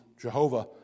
Jehovah